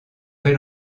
fait